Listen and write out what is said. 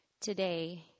Today